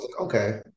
Okay